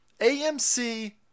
AMC